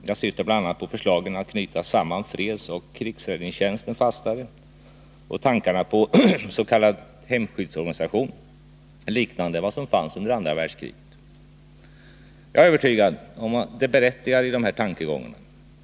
Jag tänker bl.a. på förslagen att knyta samman fredsoch krigsräddningstjänsten fastare och tankarna på en s.k. hemskyddsorganisation, liknande vad som fanns under andra världskriget. Jag är övertygad om det berättigade i de tankegångarna.